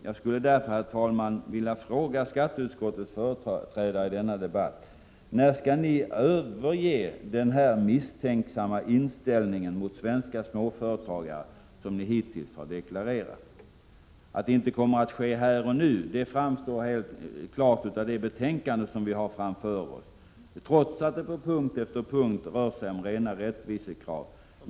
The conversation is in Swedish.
Jag skulle därför, herr talman, vilja fråga skatteutskottets företrädare i denna debatt: När skall ni överge den misstänksamma inställning mot svenska småföretagare som ni hittills har deklarerat? Att det inte kommer att ske här och nu framgår helt klart av det betänkande som vi har framför oss, trots att det på punkt efter punkt rör sig om rena rättvisekrav.